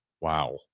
wow